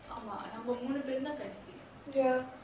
ஆமா நம்ம மூணு பேரும் தான் கடைசி:amaa namma moonu perumthaan kadaisi